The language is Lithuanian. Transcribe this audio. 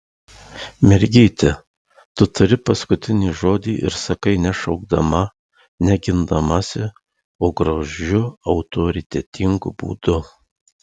mergyte tu tari paskutinį žodį ir sakai ne šaukdama ne gindamasi o gražiu autoritetingu būdu